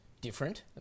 different